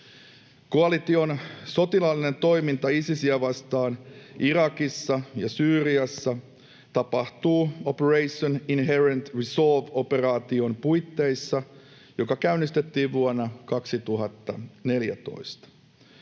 Koalition sotilaallinen toiminta Isisiä vastaan Irakissa ja Syyriassa tapahtuu Operation Inherent Resolve -operaation puitteissa, joka käynnistettiin vuonna 2014.